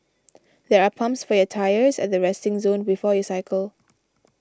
there are pumps for your tyres at the resting zone before you cycle